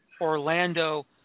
Orlando